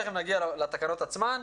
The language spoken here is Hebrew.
תכף נגיע לתקנות עצמן.